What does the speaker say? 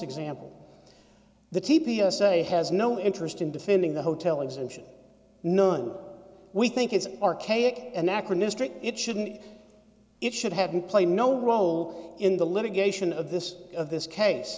example the t p o say has no interest in defending the hotel exemption none we think is archaic anachronistic it shouldn't it should have been play no role in the litigation of this of this case